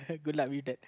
good luck with that